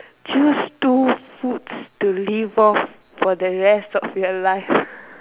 choose two foods to live off for the rest of your life